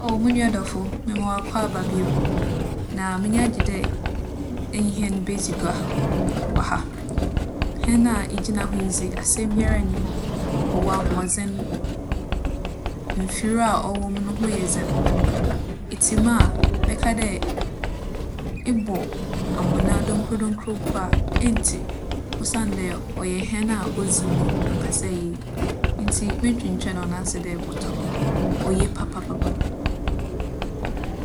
Oh mo nua dͻfo, mema wo akwaaba bio Na m'enyiwa agye dɛ enye hɛn bedzi gua wͻ ha. Hɛn a igyina ho yi dze, asɛm biara nnyi ho. ͻwͻ ahoͻdzen. Mfir a ͻwͻ mu no ho yɛ dzen. Etse mu a, bɛka dɛ ebͻ amona donkodonko mu mpo a, enntse. Osiandɛ ͻyɛ hɛn a odzi mu ankasa yie. Ntsi mma nntwentweͻn wo nan ase dɛ ebͻtͻ. Oye papa papa.